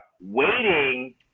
waiting